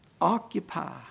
Occupy